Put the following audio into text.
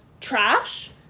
trash